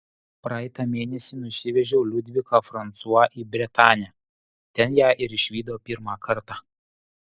praeitą mėnesį nusivežiau liudviką fransua į bretanę ten ją ir išvydo pirmą kartą